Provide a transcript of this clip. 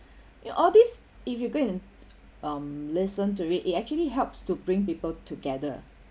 ya all this if you go and um listen to it it actually helps to bring people together